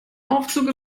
aufzug